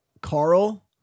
Carl